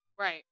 Right